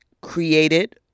created